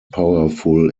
powerful